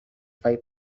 five